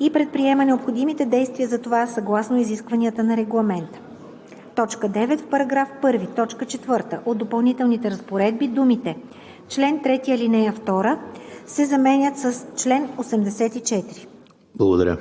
и предприема необходимите действия за това съгласно изискванията на Регламента.“ 9. В § 1, т. 4 от допълнителните разпоредби думите „чл. 3, ал. 2“ се заменят с „чл. 84“.“